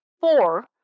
four